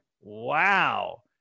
wow